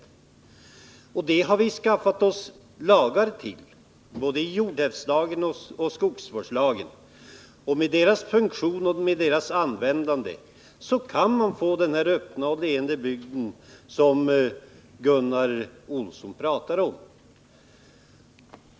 Till det har vi skaffat oss lagar, både jordhävdslagen och skogsvårdslagen. Om vi använder dem, kan vi få den öppna och leende bygd som Gunnar Olsson talar om.